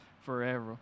forever